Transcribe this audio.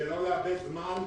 כדי לא לאבד זמן,